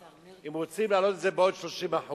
שאם רוצים להעלות את זה בעוד 30%,